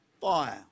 fire